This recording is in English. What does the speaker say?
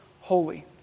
Holy